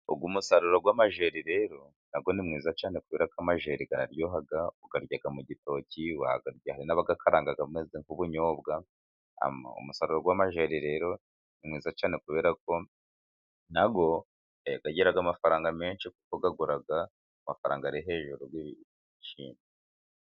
Uy' umusaruro w' amajeri rero nawo ni mwiza cyane, kubera ko amajeri araryoha uyarya mu gitoki, hari n' abayakaranga nk' ubunyobwa; umusaruro w' amajeri rero ni mwiza cyane, kubera ko nawo ugira amafaranga menshi kuko agura amafaranga ari hejuru y' ibishyimbo.